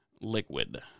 liquid